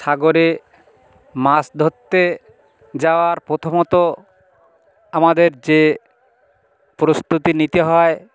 সাগরে মাছ ধরতে যাওয়ার প্রথমত আমাদের যে প্রস্তুতি নিতে হয়